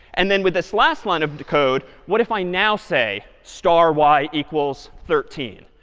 and then with this last line of code, what if i now say star y equals thirteen?